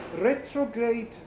retrograde